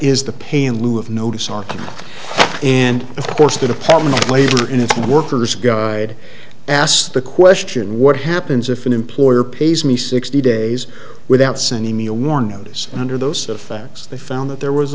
is the pay in lieu of notice are and of course the department of labor and its workers guide asked the question what happens if an employer pays me sixty days without sending me a war notice and under those facts they found that there was